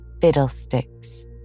Fiddlesticks